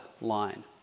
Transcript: line